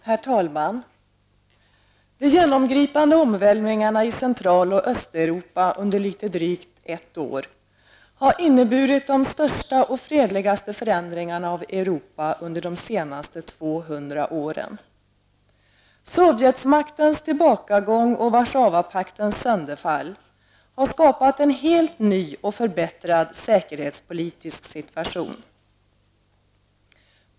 Herr talman! De genomgripande omvälvningarna i Central och Östeuropa under litet drygt ett år har inneburit de största och fredligaste förändringarna av Europa under de senaste 200 åren. Sovjetmaktens tillbakagång och Warszawapaktens sönderfall har skapat en helt ny och förbättrad säkerhetspolitisk situation.